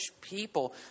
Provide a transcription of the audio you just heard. people